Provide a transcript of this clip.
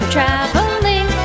traveling